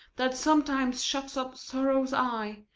that sometimes shuts up sorrow's eye,